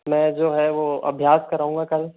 मैं जो है वो अभ्यास कराऊंगा कल